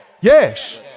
Yes